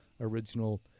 original